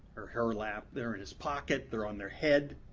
or her lap, they're in his pocket, they're on their head.